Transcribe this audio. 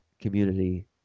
community